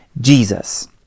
Jesus